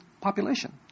population